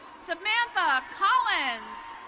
samantha collins,